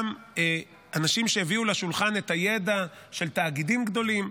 גם אנשים שהביאו לשולחן את הידע של תאגידים גדולים,